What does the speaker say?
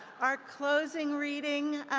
our closing reading,